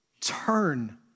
Turn